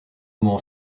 more